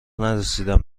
نرسیدم